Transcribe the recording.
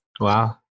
Wow